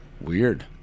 Weird